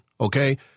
Okay